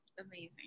amazing